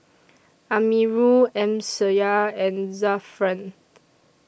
Amirul Amsyar and Zafran